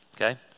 okay